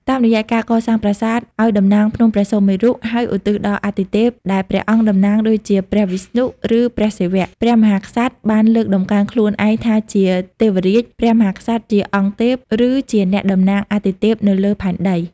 តាមរយៈការកសាងប្រាសាទឱ្យតំណាងភ្នំព្រះសុមេរុ ហើយឧទ្ទិសដល់អាទិទេពដែលព្រះអង្គតំណាង ដូចជាព្រះវិស្ណុ ឬព្រះសិវៈ ព្រះមហាក្សត្របានលើកតម្កើងខ្លួនឯងថាជា ទេវរាជ ព្រះមហាក្សត្រជាអង្គទេព ឬជាអ្នកតំណាងអាទិទេពនៅលើផែនដី។